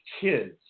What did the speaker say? kids